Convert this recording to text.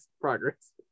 progress